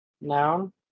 Noun